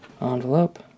envelope